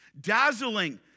Dazzling